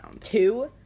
two